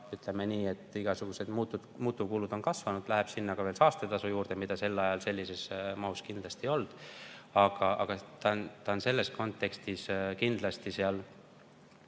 ütleme nii, et igasuguseid muutuvkulud on kasvanud – veel saastetasu juurde, mida sel ajal sellises mahus kindlasti ei olnud. Aga see on selles kontekstis kindlasti seal